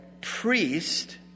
priest